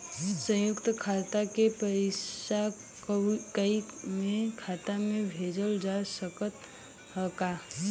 संयुक्त खाता से पयिसा कोई के खाता में भेजल जा सकत ह का?